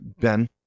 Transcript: Ben